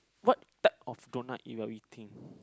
what type of donut are you eating